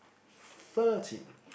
thirteen